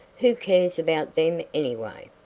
who cares about them anyway?